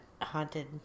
haunted